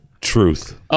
truth